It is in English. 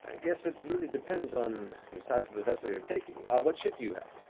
and guess it really depends on the size of the vessel you're taking what ship do you have?